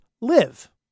live